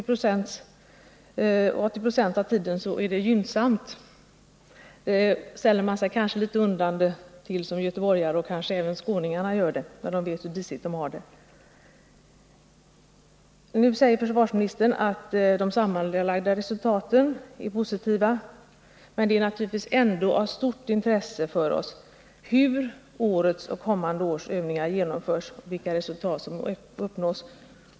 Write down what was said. Under 80 96 av tiden är visst vädret gynnsamt, men det ställer man sig kanske litet undrande till som göteborgare. Kanske även skåningarna gör det med tanke på hur disigt de har det. Nu säger försvarsministern att de sammanlagda resultaten är positiva, men det är naturligtvis ändå av stort intresse för oss hur årets och kommande års övningar genomförs och vilka resultat som då uppnås.